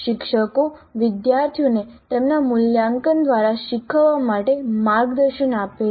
શિક્ષકો વિદ્યાર્થીઓને તેમના મૂલ્યાંકન દ્વારા શીખવા માટે માર્ગદર્શન આપે છે